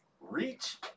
reach